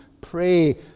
pray